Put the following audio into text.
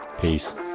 Peace